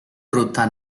ruta